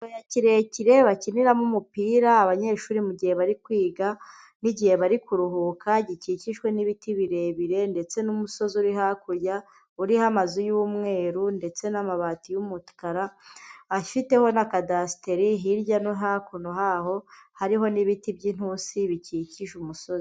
Ikibaya kirekire bakiniramo umupira abanyeshuri mugihe bari kwiga n'igihe bari kuruhuka gikikijwe n'ibiti birebire ndetse n'umusozi uri hakurya uriho amazu y'umweru ndetse n'amabati y'umukara a afiteho na cadasteri hirya no hakuno haho hariho n'ibiti by'inturusi bikikije umusozi.